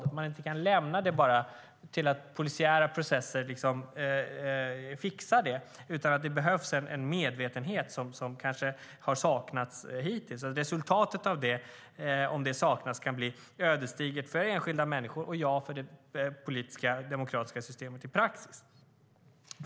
Man kan inte bara lämna det till att polisiära processer liksom ska fixa det, utan det behövs en medvetenhet som kanske har saknats hittills. Resultatet av det, om den saknas, kan bli ödesdigert för enskilda människor och för det politiska demokratiska systemet.